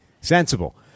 sensible